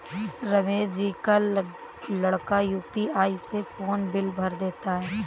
रमेश जी का लड़का यू.पी.आई से फोन बिल भर देता है